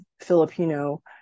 Filipino